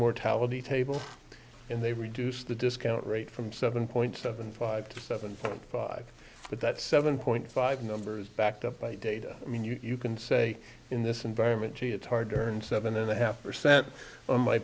mortality table and they reduced the discount rate from seven point seven five to seven point five but that seven point five numbers backed up by data i mean you can say in this environment it's hard earned seven and a half percent on my